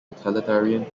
utilitarian